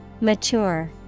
Mature